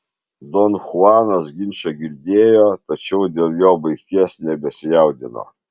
don chuanas ginčą girdėjo tačiau dėl jo baigties nebesijaudino